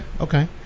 okay